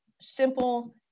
simple